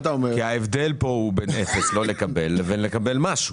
ההבדל פה הוא בין אפס, לא לקבל, לבין לקבל משהו.